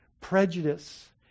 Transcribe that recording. prejudice